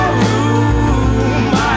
room